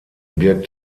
birgt